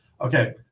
Okay